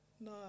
No